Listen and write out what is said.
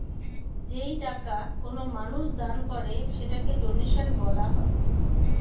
যেই টাকা কোনো মানুষ দান করে সেটাকে ডোনেশন বলা হয়